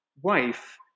wife